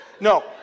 No